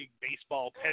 baseball